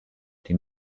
die